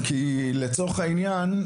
לצורך העניין,